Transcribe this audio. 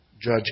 judge